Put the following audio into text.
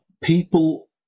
people